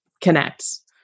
connects